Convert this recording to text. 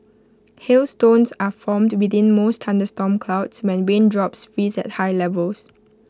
hailstones are formed within most thunderstorm clouds when raindrops freeze at high levels